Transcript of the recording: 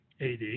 AD